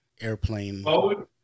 airplane